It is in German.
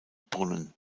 brunnen